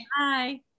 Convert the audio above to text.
Bye